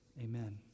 Amen